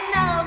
no